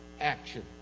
action